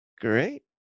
Great